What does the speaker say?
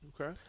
Okay